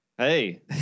Hey